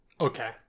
Okay